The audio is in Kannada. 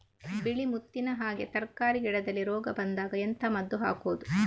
ಬಿಳಿ ಮುತ್ತಿನ ಹಾಗೆ ತರ್ಕಾರಿ ಗಿಡದಲ್ಲಿ ರೋಗ ಬಂದಾಗ ಎಂತ ಮದ್ದು ಹಾಕುವುದು?